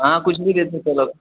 हाँ कुछ भी दे दो चलेगा